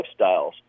lifestyles